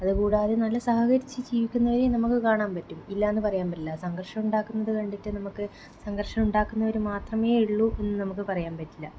അത് കൂടാതെ നല്ല സഹകരിച്ച് ജീവിക്കുന്നവരെയും നമുക്ക് കാണാന് പറ്റും ഇല്ല എന്ന് പറയാന് പറ്റില്ല സംഘര്ഷം ഉണ്ടാക്കുന്നത് കണ്ടിട്ട് നമുക്ക് സംഘര്ഷം ഉണ്ടാക്കുന്നവർ മാത്രമേ ഉള്ളൂ എന്ന് നമുക്ക് പറയാന് പറ്റില്ല